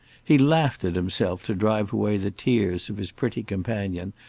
he laughed at himself to drive away the tears of his pretty companion,